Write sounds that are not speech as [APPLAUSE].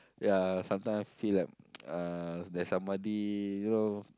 ya sometime I feel like [NOISE] uh there's somebody you know